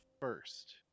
first